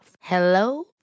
hello